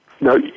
No